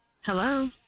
Hello